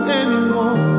anymore